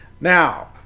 Now